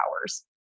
hours